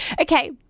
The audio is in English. Okay